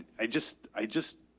i just, i just,